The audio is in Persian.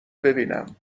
ببینم